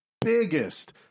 biggest